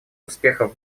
успехов